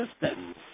systems